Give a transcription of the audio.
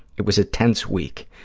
it was a tense week.